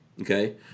Okay